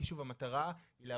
כי שוב, המטרה היא לא